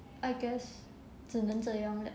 I guess 只能这样 leh